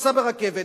תיסע ברכבת.